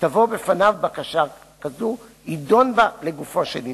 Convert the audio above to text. שתבוא בפניו בקשה כזו, ידון בה לגופו של עניין.